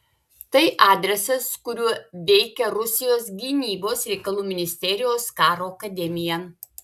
tai adresas kuriuo veikia rusijos gynybos reikalų ministerijos karo akademija